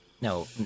No